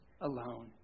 alone